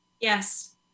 Yes